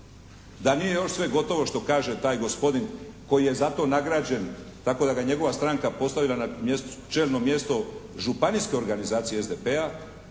Da nije još sve gotovo što kaže taj gospodin koji je za to nagrađen tako da ga njegova stranka postavila na čelno mjesto županijske organizacije SDP-a